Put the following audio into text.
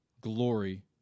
glory